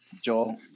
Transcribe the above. Joel